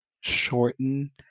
shorten